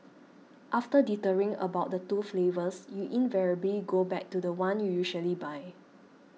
after dithering over the two flavours you invariably go back to the one you usually buy